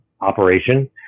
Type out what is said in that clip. operation